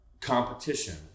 competition